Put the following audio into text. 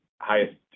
highest